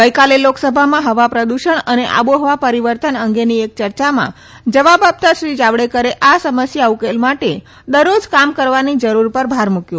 ગઈકાલે લોકસભામાં હવા પ્રદૂષણ અને આબોહવા પરિવર્તન અંગેની એક ચર્ચામાં જવાબ આપતા શ્રી જાવડેકરે આ સમસ્યા ઉકેલ માટે દરરોજ કામ કરવાની જરૂર પર ભાર મૂક્યો